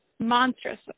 monstrous